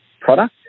product